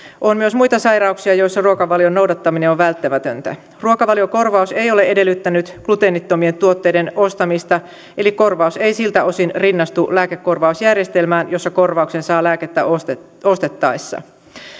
on myös muita sairauksia joissa ruokavalion noudattaminen on välttämätöntä ruokavaliokorvaus ei ole edellyttänyt gluteenittomien tuotteiden ostamista eli korvaus ei siltä osin rinnastu lääkekorvausjärjestelmään jossa korvauksen saa lääkettä ostettaessa ostettaessa